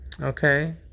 Okay